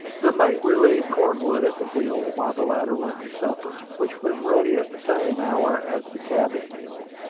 the mate relieved cornwood at the wheel while the latter went to supper, which was ready at the same hour as the cabin meal.